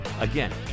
Again